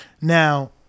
Now